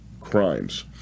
crimes